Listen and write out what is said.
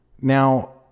Now